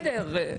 בסדר,